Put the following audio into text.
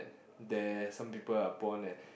there some people are born at